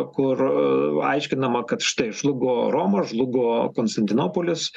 kur aiškinama kad štai žlugo roma žlugo konstantinopolis